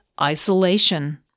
Isolation